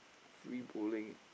free bowling